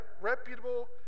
reputable